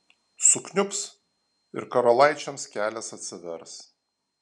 sukniubs ir karalaičiams kelias atsivers